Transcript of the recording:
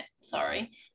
Sorry